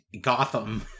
Gotham